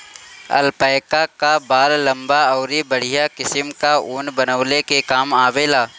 alpaca कअ बाल लंबा अउरी बढ़िया किसिम कअ ऊन बनवले के काम आवेला